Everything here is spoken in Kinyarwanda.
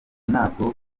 ntabwo